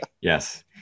Yes